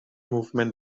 movement